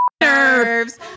nerves